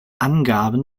angaben